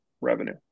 revenue